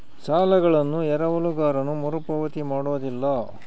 ಸಾಲಗಳನ್ನು ಎರವಲುಗಾರನು ಮರುಪಾವತಿ ಮಾಡೋದಿಲ್ಲ